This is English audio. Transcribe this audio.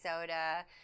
soda